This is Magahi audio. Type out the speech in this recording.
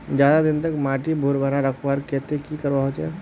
ज्यादा दिन तक माटी भुर्भुरा रखवार केते की करवा होचए?